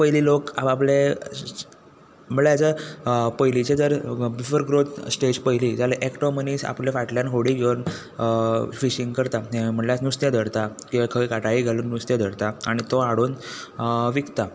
पयलीं लोक आप आपले म्हळ्ळ्या एज अ पयलींचे जर बिफोर ग्रोत स्टेज पयली जाल्या एकटो मनीस आपल्या फाटल्यान होडी घेवन फिशींग करता म्हटल्या नुस्तें धरता किंवा खंय काटाई घालून नुस्तें धरता आनी तो हाडून विकता